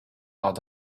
out